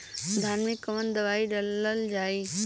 धान मे कवन दवाई डालल जाए?